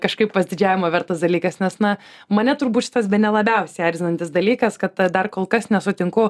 kažkaip pasididžiavimo vertas dalykas nes na mane turbūt šitas bene labiausiai erzinantis dalykas kad dar kol kas nesutinku